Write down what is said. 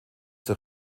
zur